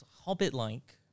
hobbit-like